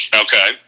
Okay